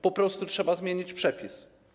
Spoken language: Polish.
Po prostu trzeba zmienić przepis.